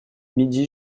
midi